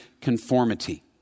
conformity